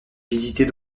visités